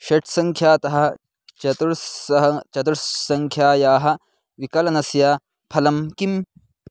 षट्सङ्ख्यातः चतुर्सः चतुस्सङ्ख्यायाः विकलनस्य फलं किम्